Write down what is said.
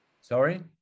Sorry